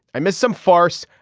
i missed some farce.